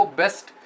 best